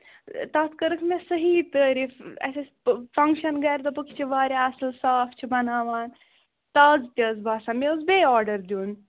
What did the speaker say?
تَتھ کٔرٕکھ مےٚ صحیح تٲریٖف اَسہِ ٲسۍ فَنٛگشَن گرِ دوٚپُکھ یہِ چھِ واریاہ اَصٕل صاف چھِ بَناوان تازٕ تہِ ٲس باسان مےٚ اوس بیٚیہِ آرڈر دیُن